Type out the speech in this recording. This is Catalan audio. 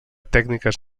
tècniques